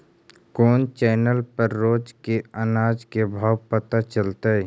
कोन चैनल पर रोज के अनाज के भाव पता चलतै?